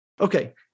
Okay